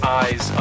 eyes